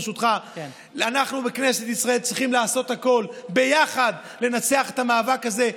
ברשותך: אנחנו בכנסת ישראל צריכים לעשות הכול ביחד לנצח את המאבק הזה.